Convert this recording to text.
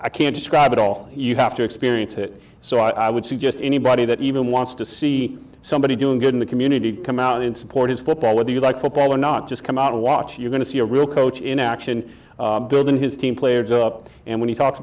i can describe it all you have to experience it so i would see just anybody that even wants to see somebody doing good in the community to come out and support his football whether you like football or not just come out and watch you're going to see a real coach in action building his team players up and when he talks